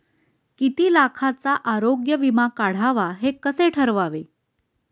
किती लाखाचा आरोग्य विमा काढावा हे कसे ठरवावे?